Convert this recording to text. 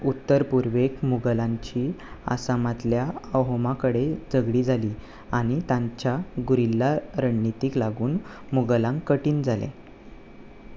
उत्तर पुर्वेक मुगलांची आसामांतल्या अहोमा कडेन झगडीं जाली आनी तांच्या गुरिल्ला रणणितीक लागून मुगलांक कठीण जालें